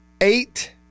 eight